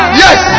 yes